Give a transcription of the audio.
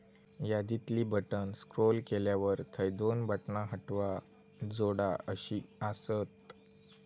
यादीतली बटण स्क्रोल केल्यावर थंय दोन बटणा हटवा, जोडा अशी आसत